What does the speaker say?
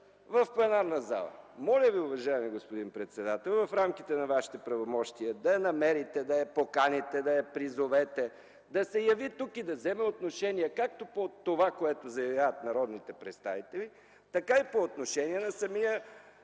в пленарната зала. Моля Ви, уважаеми господин председател, в рамките на Вашите правомощия да я намерите, да я поканите, да я призовете да се яви тук и да вземе отношение както по това, което заявяват народните представители, така и по отношение на самия